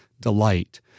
delight